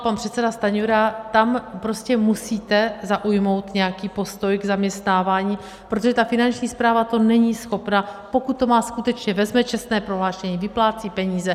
Pan předseda Stanjura tam prostě musíte zaujmout nějaký postoj k zaměstnávání, protože Finanční správa to není schopna, pokud to má skutečně vezme čestné prohlášení, vyplácí peníze.